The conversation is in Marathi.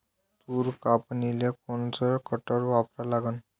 तूर कापनीले कोनचं कटर वापरा लागन?